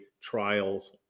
trials